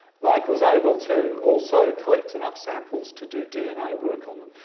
mike was able to also collect enough samples to do dna work on them,